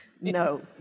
No